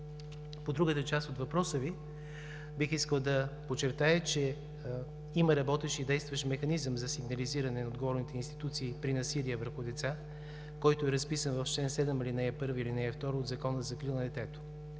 По другата част от въпроса Ви бих искал да подчертая, че има работещ и действащ механизъм за сигнализиране на отговорните институции при насилие върху деца, който е разписан в чл. 7, ал. 1 и ал. 2 от Закона за закрила на детето.